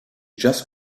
just